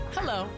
Hello